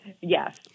Yes